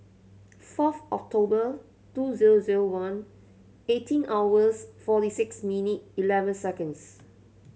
fourth October two zero zero one eighteen hours forty six minute eleven seconds